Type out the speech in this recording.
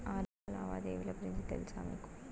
ఆర్థిక లావాదేవీల గురించి తెలుసా మీకు